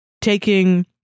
taking